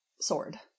sword